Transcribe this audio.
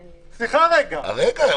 רגע,